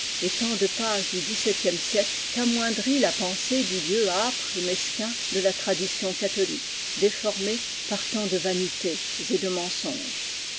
et tant de pages du xvif siècle qu'amoindrit la pensée du dieu âpre et quin de la tradition catholique déformée tant de vanités et de mensonges